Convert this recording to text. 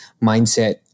mindset